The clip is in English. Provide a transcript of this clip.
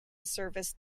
service